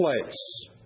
place